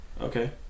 Okay